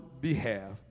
behalf